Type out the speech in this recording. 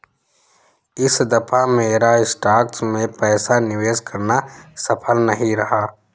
इस दफा मेरा स्टॉक्स में पैसा निवेश करना सफल नहीं रहा